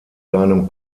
seinem